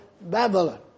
Babylon